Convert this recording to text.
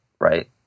right